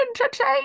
Entertain